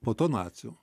po to nacių